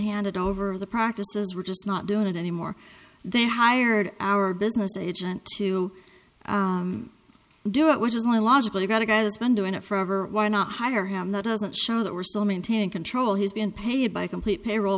handed over the practices we're just not doing it anymore they hired our business agent to do it which is only logical you got a guy that's been doing it forever why not hire him that doesn't show that we're still maintaining control he's been paid by complete payroll